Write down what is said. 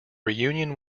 reunion